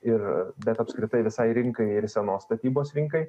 ir bet apskritai visai rinkai ir senos statybos rinkai